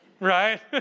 Right